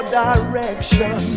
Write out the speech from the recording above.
direction